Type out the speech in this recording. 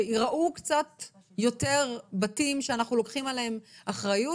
על מנת שייראו קצת יותר כמו בתים שאנחנו לוקחים עליהם אחריות